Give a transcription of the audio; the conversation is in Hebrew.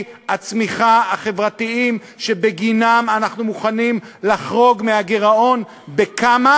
הצמיחה החברתיים שבגינם אנחנו מוכנים לחרוג מהגירעון בכמה,